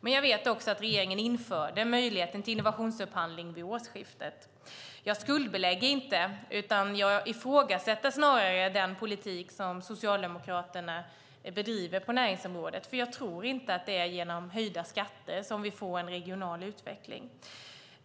Men jag vet också att regeringen införde möjligheten till innovationsupphandling vid årsskiftet. Jag skuldbelägger inte utan ifrågasätter snarare den politik som Socialdemokraterna bedriver på näringsområdet, för jag tror inte att det är genom höjda skatter som vi får en regional utveckling.